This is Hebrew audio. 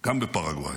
גם בפרגוואי.